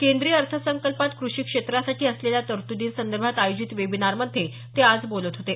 केंद्रीय अर्थसंकल्पात कृषी क्षेत्रासाठी असलेल्या तरतुदीसंदर्भात आयोजित वेबिनारमध्ये ते आज बोलत होते